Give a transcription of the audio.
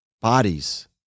bodies